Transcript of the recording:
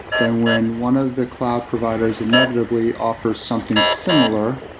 then when one of the cloud providers inevitably offers something similar,